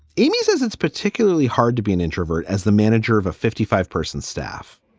amy says it's particularly hard to be an introvert as the manager of a fifty five person staff,